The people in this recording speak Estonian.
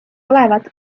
olevat